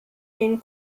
den